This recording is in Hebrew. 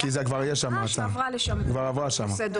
כי עבר לשם נושא דומה.